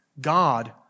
God